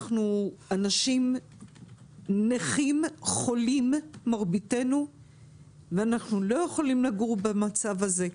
מרביתנו נכים חולים ולא יכולים לגור במצב הזה.